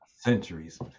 Centuries